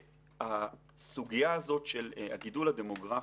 שהסוגיה הזאת של הגידול הדמוגרפי,